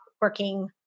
working